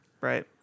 Right